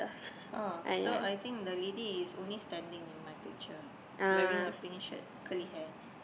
oh so I think the lady is only standing in my picture wearing a pink shirt curly hair